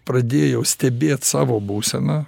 pradėjau stebėt savo būseną